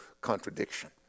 contradiction